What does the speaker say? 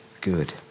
good